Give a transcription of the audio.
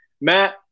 Matt